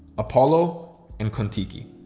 apollo and kontiki.